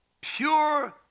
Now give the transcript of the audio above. pure